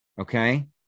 Okay